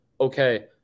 okay